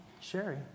Sherry